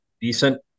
decent